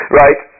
right